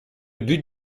but